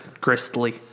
gristly